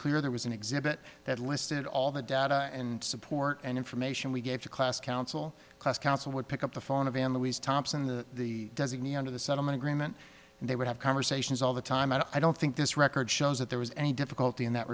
clear there was an exhibit that listed all the data and support and information we gave to class council class council would pick up the phone of an louise thompson the designee under the settlement agreement and they would have conversations all the time and i don't think this record shows that there was any difficulty in that